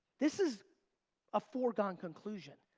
this is a foregone conclusion,